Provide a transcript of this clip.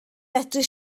medru